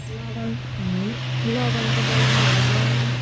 लगन लगनको बेलामा हगन